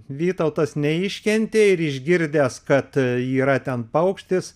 vytautas neiškentė ir išgirdęs kad yra ten paukštis